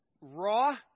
raw